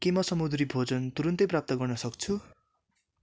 के म समुद्री भोजन तुरुन्तै प्राप्त गर्न सक्छु